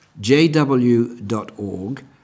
jw.org